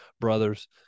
brothers